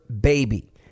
baby